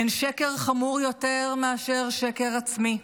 אין שקר חמור יותר מאשר שקר עצמי,